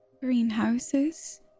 Greenhouses